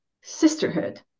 sisterhood